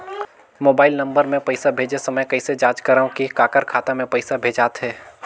Mobile number मे पइसा भेजे समय कइसे जांच करव की काकर खाता मे पइसा भेजात हे?